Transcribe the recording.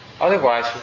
Otherwise